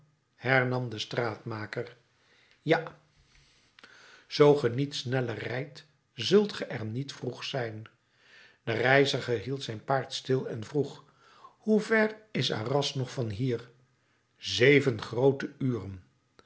hernam de straatmaker ja zoo ge niet sneller rijdt zult ge er niet vroeg zijn de reiziger hield zijn paard stil en vroeg hoever is arras nog van hier zeven groote uren